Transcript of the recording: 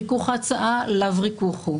ריכוך ההצעה, לאו ריכוך הוא.